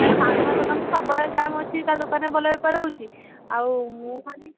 କାହିଁ କାହ୍ନୁଆ ଦୋକାନ ତ ସବୁବେଳେ ଜାମ୍ ଅଛି ତା ଦୋକାନରେ ଭଲ ବେପାର ହେଉଛି ଆଉ ମୁଁ ଖାଲି